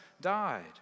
died